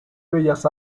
bellas